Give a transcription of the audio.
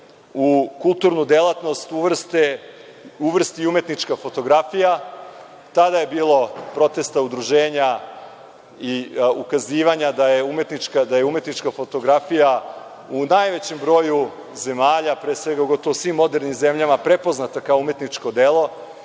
u kulturnu delatnost uvrsti umetnička fotografija. Tada je bilo protesta udruženja i ukazivanja da je umetnička fotografija u najvećem broju zemalja, u gotovo svim modernim zemljama, prepoznata kao umetničko delo